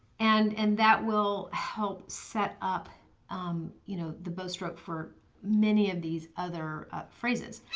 and and that will help set up you know the bow stroke for many of these other phrases.